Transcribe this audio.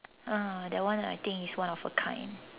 uh that one I think is one of a kind